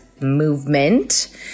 movement